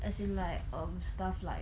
as in like um stuff like